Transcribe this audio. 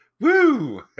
Woo